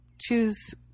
choose